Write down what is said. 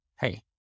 Hey